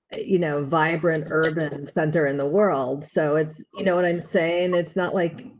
you know, vibrant urban and center in the world. so it's, you know what i'm saying it's not like.